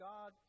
God